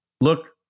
look